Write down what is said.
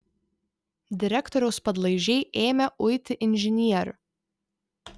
direktoriaus padlaižiai ėmė uiti inžinierių